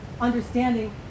understanding